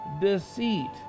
deceit